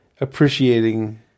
appreciating